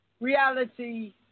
reality